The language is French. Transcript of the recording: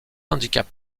handicap